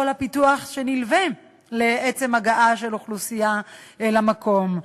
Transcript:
הפיתוח שנלווה לעצם הגעה של אוכלוסייה למקום.